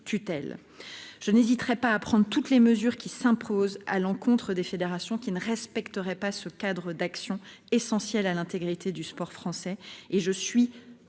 Je n'hésiterai pas à prendre toutes les mesures qui s'imposent à l'encontre des fédérations qui ne respecteraient pas ce cadre d'action essentiel pour garantir l'intégrité du sport français.